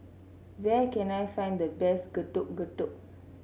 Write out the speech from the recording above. where can I find the best Getuk Getuk